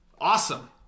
awesome